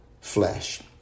flesh